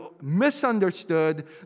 misunderstood